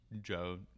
joe